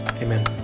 amen